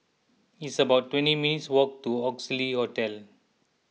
it's about twenty minutes' walk to Oxley Hotel